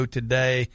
today